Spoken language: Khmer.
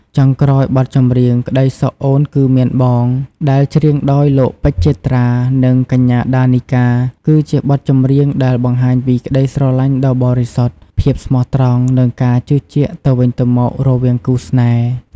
ចុងក្រោយ បទចម្រៀង ក្តីសុខអូនគឺមានបង ដែលច្រៀងដោយលោក ពេជ្រ ជេត្រា និងកញ្ញា ដា នីកា គឺជាបទចម្រៀងដែលបង្ហាញពី ក្តីស្រឡាញ់ដ៏បរិសុទ្ធ ភាពស្មោះត្រង់ និងការជឿជាក់ទៅវិញទៅមក រវាងគូស្នេហ៍។